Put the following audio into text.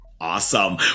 Awesome